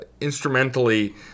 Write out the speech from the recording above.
instrumentally